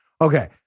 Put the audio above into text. Okay